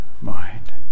mind